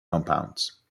compounds